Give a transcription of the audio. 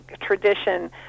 tradition